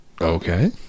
Okay